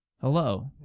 Hello